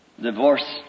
Divorce